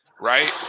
right